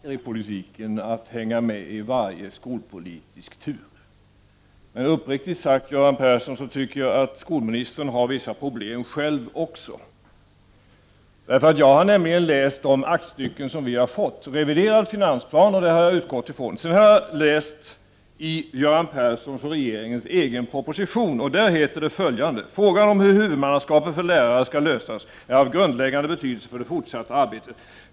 Fru talman! Det är naturligtvis inte alltid så lätt för oss generalister i politiken att hänga med i varje skolpolitisk tur, men uppriktigt sagt tycker jag att också skolminister Göran Persson verkar ha vissa problem. Jag har nämligen läst de aktstycken som vi har fått. Den reviderade finansplanen har jag utgått från. Sedan har jag läst i regeringens egen proposition. Där heter det följande: ES ”Frågan om hur huvudmannaskapet för lärare skall lösas är av grundläggande betydelse för det fortsatta arbetet.